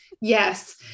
yes